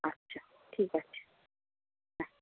আচ্ছা ঠিক আছে হ্যাঁ